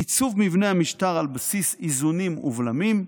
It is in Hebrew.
עיצוב מבנה המשטר על בסיס איזונים ובלמים,